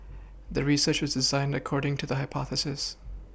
the research was designed according to the hypothesis